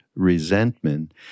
resentment